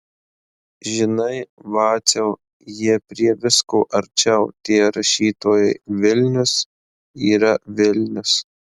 žinai vaciau jie prie visko arčiau tie rašytojai vilnius yra vilnius